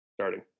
starting